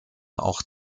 auch